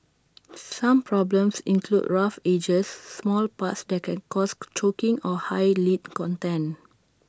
some problems include rough edges small parts that can cause choking or high lead content